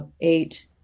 eight